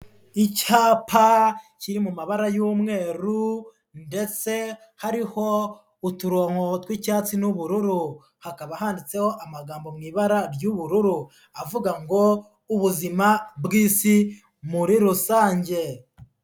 Icyapa kiri mu mabara y'umweru ndetse hariho uturongo tw'icyatsi n'ubururu, hakaba handitseho amagambo mu ibara ry'ubururu avuga ngo:" Ubuzima bw'isi muri rusange".